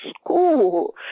school